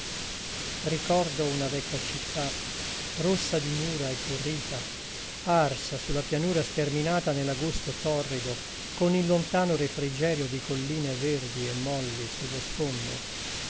ricordo una vecchia città rossa di mura e turrita arsa su la pianura sterminata nell'agosto torrido con il lontano refrigerio di colline verdi e molli sullo sfondo